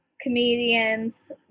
comedians